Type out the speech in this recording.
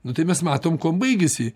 nu tai mes matom kuom baigiasi